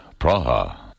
Praha